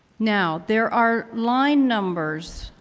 now, there are line numbers.